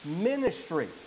ministry